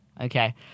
okay